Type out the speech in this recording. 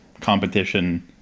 competition